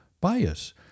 bias